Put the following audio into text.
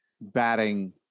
batting